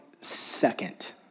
second